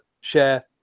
share